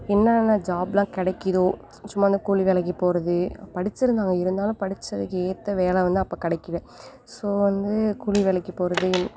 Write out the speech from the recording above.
என்னன்ன ஜாப்லாம் கிடைக்கிதோ சும்மா இந்த கூலி வேலைக்குபோறது படித்திருந்தாங்க இருந்தாலும் படித்ததுக்கு ஏற்ற வேலை வந்து அப்போ கிடைக்கில ஸோ வந்து கூலி வேலைக்குப் போகிறது